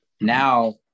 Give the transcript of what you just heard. now